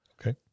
Okay